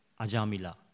Ajamila